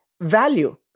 value